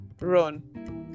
Run